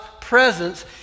presence